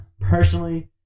personally